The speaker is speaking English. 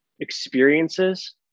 experiences